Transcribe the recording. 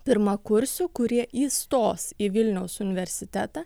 pirmakursių kurie įstos į vilniaus universitetą